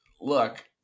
Look